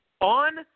on